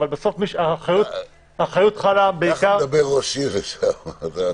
כך מדבר ראש עיר לשעבר.